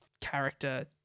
character